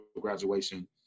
graduation